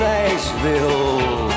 Nashville